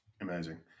Amazing